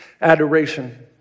Adoration